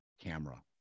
camera